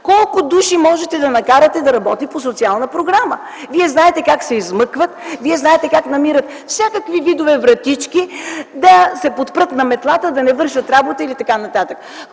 „Колко души можете да накарате да работят по социална програма?”. Вие знаете как се измъкват, вие знаете как намират всякакви видове вратички, да се подпрат на метлата и да не вършат работа и т.н.